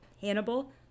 Hannibal